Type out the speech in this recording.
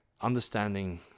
understanding